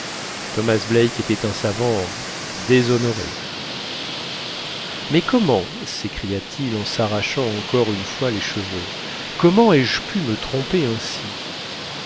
thomas black était un savant déshonoré mais comment s'écria-t-il en s'arrachant encore une fois les cheveux comment ai-je pu me tromper ainsi